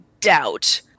doubt